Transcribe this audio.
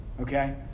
okay